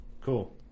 cool